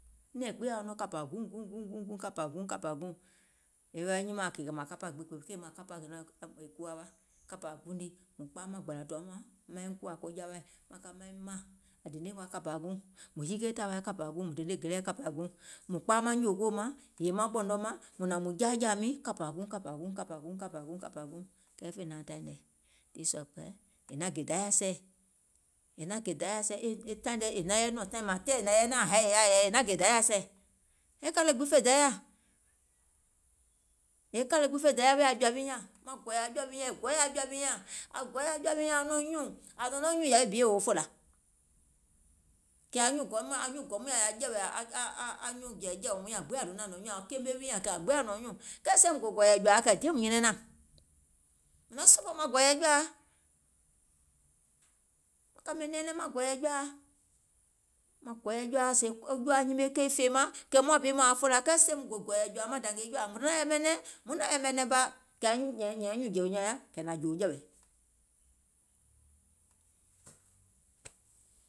Nɛ̀ɛŋ gbìŋ yaȧ wa nɔŋ kȧpȧ guùŋ guùŋ guùŋ guùŋ, kȧpȧ guùŋ kȧpȧ guùŋ, yȧwi nyimȧȧŋ wa kèè mȧŋ kapȧ gbeegbèè, kȧpȧ guùŋ guùŋ lii è kuwa wa, kȧpȧ guùŋ lii mùŋ kpaa maŋ gbàlȧ tùwa mȧŋ maiŋ kòȧ ko jawaì maŋ ka maiŋ maȧŋ, ȧŋ dèneìŋ wa kȧpȧ guùŋ, hike tȧwaȧ kȧpȧ guùŋ, deke gèleɛ̀ kȧpȧ guùŋ, mùŋ kpaa nyòògoò maŋ, maŋ ɓɔ̀nɔ mȧŋ, mùŋ nȧŋ mùŋ jȧa mìŋ kȧpȧ guùŋ kȧpȧ guùŋ kȧpȧ guùŋ, kɛɛ fè naȧŋ taìŋ nɛɛ̀, kɛɛ tii sùȧ kpɛlɛɛ è naŋ gè dayȧ è sɛ̀, è naŋ gè dayȧ è sɛ̀ e taìŋ nɛ è naŋ yɛi nɔŋ taìŋ mȧȧŋ tɛɛ̀, è naŋ yɛi naȧŋ è yaȧ yɛi è naŋ gɛ̀ dayȧ è sɛ̀, e kȧle gbiŋ fè dayȧ, e kȧle gbiŋ fè dayȧ wèè jɔ̀ȧ wi nyȧŋ, maŋ gɔ̀ɔ̀yɛ̀ jɔ̀ȧ wi nyȧŋ, ȧŋ gɔɔyɛ̀ aŋ jɔ̀ȧ wi nyȧŋ, aŋ gɔɔyɛ̀ jɔ̀ȧ wi nyȧŋ nɔ̀ŋ nyùùŋ, ȧŋ nɔ̀ŋ nɔŋ nyùùŋ yȧwi bi yòo fòlȧ, kɛɛ sèèm gò gɔ̀ɔ̀yɛ̀ jɔ̀ȧa kɛ̀ diè mùŋ nyɛnɛŋ naȧŋ, diè mùŋ nyɛnɛŋ naȧŋ, mùŋ sopòò maŋ gɔ̀ɔ̀yɛ̀ jɔ̀ȧa, maŋ kàmè nɛɛnɛŋ maŋ gɔ̀ɔ̀yɛ̀ jɔ̀ȧa, maŋ gɔ̀ɔ̀yɛ̀ jɔ̀ȧa sèè jɔ̀ȧa nyime keì fèemȧŋ, kɛ̀ muȧŋ bi mȧaŋ fòlȧ, kɛɛ sèè muŋ gò gɔ̀ɔ̀yɛ̀ jɔ̀ȧa maŋ dȧngè jɔ̀ȧa, mùŋ donȧŋ yɛ̀mɛ̀ nɛ̀ŋ, muŋ naȧŋ yɛ̀mɛ̀ nɛ̀ŋ bà, kɛ̀ nȧŋ jòò jɛ̀wɛ̀,